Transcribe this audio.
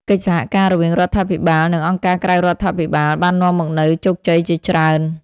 កិច្ចសហការរវាងរដ្ឋាភិបាល និងអង្គការក្រៅរដ្ឋាភិបាលបាននាំមកនូវជោគជ័យជាច្រើន។